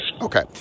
Okay